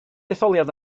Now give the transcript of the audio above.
detholiad